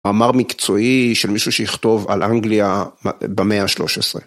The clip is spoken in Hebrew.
מאמר מקצועי של מישהו שיכתוב על אנגליה במאה ה-13.